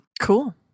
Cool